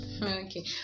Okay